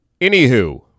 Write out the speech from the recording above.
Anywho